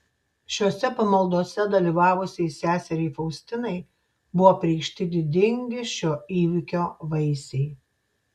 šiose pamaldose dalyvavusiai seseriai faustinai buvo apreikšti didingi šio įvyko vaisiai